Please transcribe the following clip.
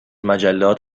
مجلات